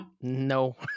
No